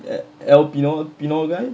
elpenor elpenor guy